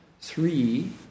Three